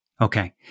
Okay